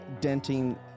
denting